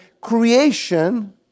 creation